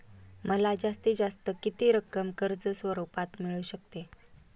मला जास्तीत जास्त किती रक्कम कर्ज स्वरूपात मिळू शकते?